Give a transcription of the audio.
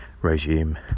regime